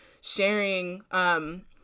sharing